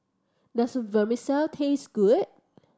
does Vermicelli taste good